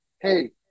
hey